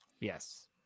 Yes